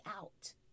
out